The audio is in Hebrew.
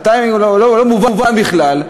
בטיימינג לא מובן בכלל,